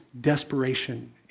desperation